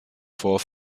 vor